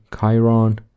Chiron